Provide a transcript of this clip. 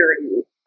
security